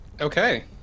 Okay